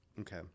okay